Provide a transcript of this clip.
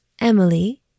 Emily